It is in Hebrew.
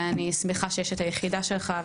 ואני שמחה שיש את היחידה שלך,